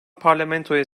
parlamentoya